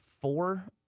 four